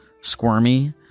squirmy